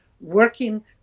working